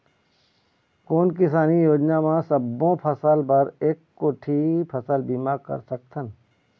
कोन किसानी योजना म सबों फ़सल बर एक कोठी फ़सल बीमा कर सकथन?